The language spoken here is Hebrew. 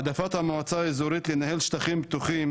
כלל העמדות והדוחות שיאסר הציג והגיש קיימות באתר הוועדה הגיאוגרפית,